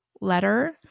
letter